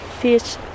fish